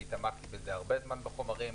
אני התעמקתי הרבה זמן בחומרים,